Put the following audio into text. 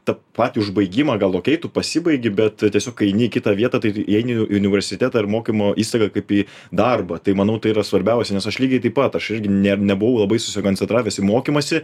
tą patį užbaigimą gal okei tu pasibaigi bet tiesiog kai eini į kitą vietą tai įeini į į universitetą ar mokymo įstaigą kaip į darbą tai manau tai yra svarbiausia nes aš lygiai taip pat aš irgi ne nebuvau labai susikoncentravęs į mokymąsi